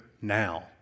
now